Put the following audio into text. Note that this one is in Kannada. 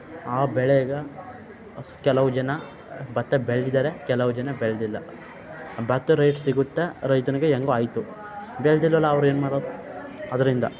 ಆ ಬೆಳೆಗೆ ಕೆಲವು ಜನ ಭತ್ತ ಬೆಳೆದಿದ್ದಾರೆ ಕೆಲವು ಜನ ಬೆಳೆದಿಲ್ಲ ಭತ್ತ ರೇಟ್ ಸಿಗುತ್ತೆ ರೈತನಿಗೆ ಹೆಂಗೋ ಆಯಿತು ಬೆಳೆದಿಲ್ಲಲ್ಲ ಅವ್ರು ಏನು ಮಾಡೋದು ಅದರಿಂದ